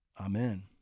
Amen